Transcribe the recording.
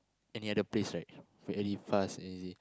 any other place right very fast and easy